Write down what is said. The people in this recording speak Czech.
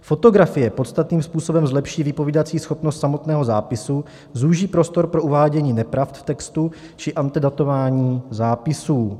Fotografie podstatným způsobem zlepší vypovídací schopnost samotného zápisu, zúží prostor pro uvádění nepravd v textu či antedatování zápisů.